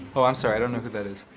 oh, i'm sorry, i don't know who that is.